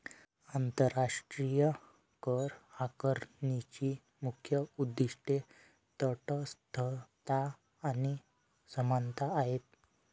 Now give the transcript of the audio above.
आंतरराष्ट्रीय करआकारणीची मुख्य उद्दीष्टे तटस्थता आणि समानता आहेत